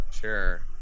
Sure